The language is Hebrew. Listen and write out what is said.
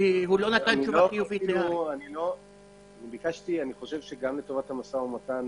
הוא לא נתן תשובה חיובית --- אני חושב שלטובת המשא ומתן